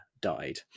died